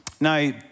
Now